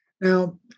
Now